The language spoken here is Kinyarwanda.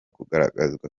kugaragazwa